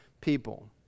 people